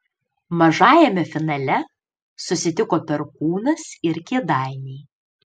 mažajame finale susitiko perkūnas ir kėdainiai